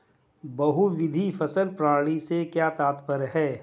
बहुविध फसल प्रणाली से क्या तात्पर्य है?